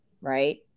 Right